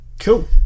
Cool